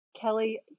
Kelly